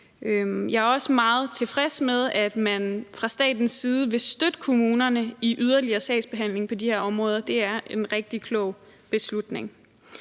Jeg er også meget tilfreds med, at man fra statens side vil støtte kommunerne i yderligere sagsbehandling på de her områder. Det er en rigtig klog beslutning.